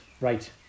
Right